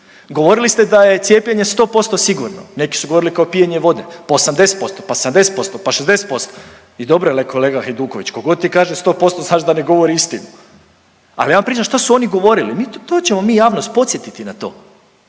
Govorili ste da je cijepljenje 100% sigurno, neki su govorili kao pijenje vode, pa 80%, pa 70%, pa 60% i dobro je rekao kolega Hajduković, ko god je kaže 100% znaš da ne govori istinu, a ja vam pričam što su oni govorili, to ćemo mi javnost podsjetiti na to,